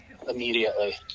immediately